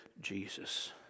Jesus